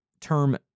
term